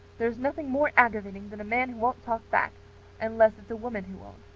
there is nothing more aggravating than a man who won't talk back unless it is a woman who won't.